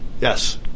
yes